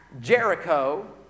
jericho